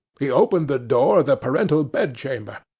he opened the door of the parental bed-chamber.